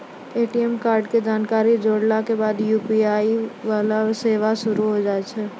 ATM कार्डो के जानकारी जोड़ला के बाद यू.पी.आई वाला सेवा शुरू होय जाय छै